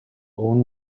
own